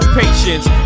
patience